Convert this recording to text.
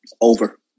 Over